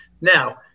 Now